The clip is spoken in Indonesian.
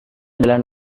adalah